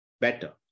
better